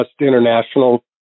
international